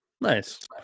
Nice